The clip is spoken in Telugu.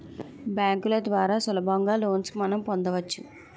బ్యాంకుల ద్వారా సులభంగా లోన్స్ మనం పొందవచ్చు